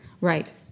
Right